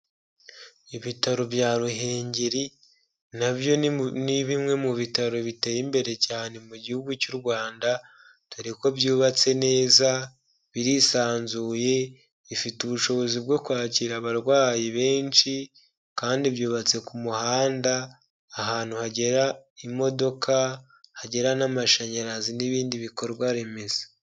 Ibitaro bya Ruhengeri, na byo ni bimwe mu bitaro biteye imbere cyane mu gihugu cy'u Rwanda, dore ko byubatse neza, birisanzuye, bifite ubushobozi bwo kwakira abarwayi benshi, kandi byubatse ku muhanda, ahantu hagera imodoka hagera n'amashanyarazi n'ibindi bikorwa remezo.